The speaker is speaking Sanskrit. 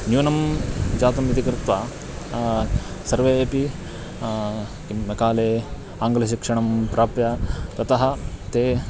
न्यूनं जातमिति कृत्वा सर्वेऽपि किं मेकाले आङ्ग्लशिक्षणं प्राप्य ततः ते